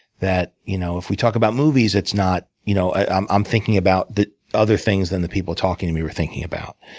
that you know if we talk about movies, it's not you know i'm i'm thinking about other things than the people talking to me are thinking about.